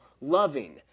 loving